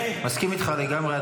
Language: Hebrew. מסכים איתך לגמרי,